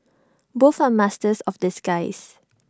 both are masters of disguise